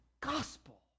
gospel